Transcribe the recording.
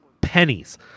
pennies